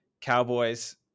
Cowboys